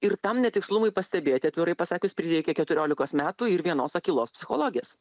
ir tam netikslumai pastebėti atvirai pasakius prireikė keturiolikos metų ir vienos akylos psichologės